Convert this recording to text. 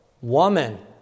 woman